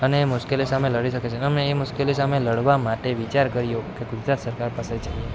અને મુશ્કેલીઓ સામે લડી શકે છે અને અમે એ મુશ્કેલીઓ સામે લડવા માટે વિચાર કર્યો કે ગુજરાત સરકાર પાસે જઈએ